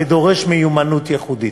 ודורש מיומנות ייחודית.